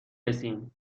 رسیم